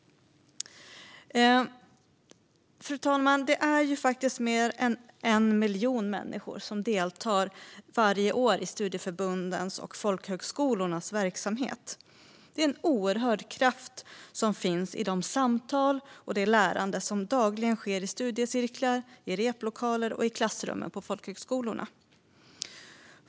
Fru talman! Det är faktiskt mer än en miljon människor som varje år deltar i studieförbundens och folkhögskolornas verksamhet. Det är en oerhörd kraft som finns i de samtal och det lärande som dagligen sker i studiecirklar, i replokaler och i klassrummen på folkhögskolorna.